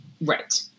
Right